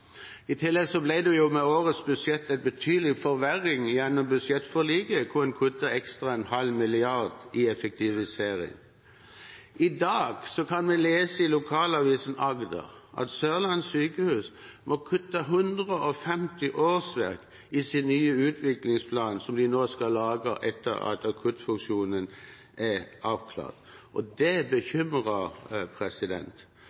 I tillegg ble det med årets budsjett en betydelig forverring gjennom budsjettforliket hvor en kuttet en halv milliard ekstra i effektivisering. I dag kan vi lese i lokalavisen Agder at Sørlandet sykehus må kutte 150 årsverk i sin nye utviklingsplan som de nå skal lage etter at akuttfunksjonen er avklart, og det